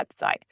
website